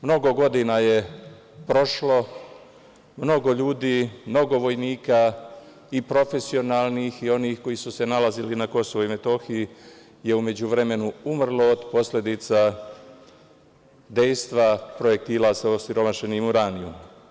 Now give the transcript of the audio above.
Mnogo godina je prošlo, mnogo ljudi, mnogo vojnika i profesionalnih i onih koji su se nalazili na Kosovu i Metohiji je u međuvremenu umrlo od posledica dejstva projektila sa osiromašenim uranijumom.